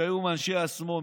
שהיו מאנשי השמאל,